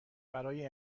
برای